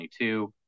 2022